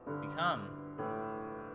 become